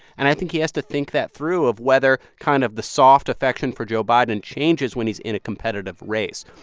and i think he has to think that through, of whether kind of the soft affection for joe biden changes when he's in a competitive race.